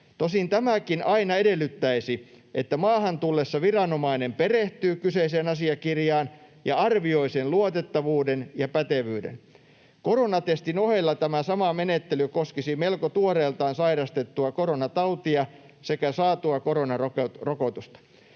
Tosin tämäkin aina edellyttäisi, että maahan tullessa viranomainen perehtyy kyseiseen asiakirjaan ja arvioi sen luotettavuuden ja pätevyyden. Koronatestin ohella tämä sama menettely koskisi melko tuoreeltaan sairastettua koronatautia sekä saatua koronarokotusta.